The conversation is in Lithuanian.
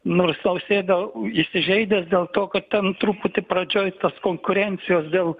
nors nausėda įsižeidęs dėl to kad ten truputį pradžioj tos konkurencijos dėl